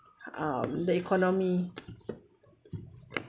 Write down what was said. um the economy